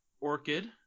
orchid